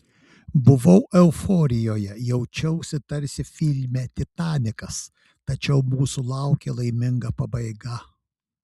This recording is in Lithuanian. buvau euforijoje jaučiausi tarsi filme titanikas tačiau mūsų laukė laiminga pabaiga